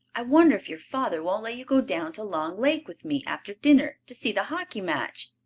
i wonder if your father won't let you go down to long lake with me after dinner, to see the hockey match.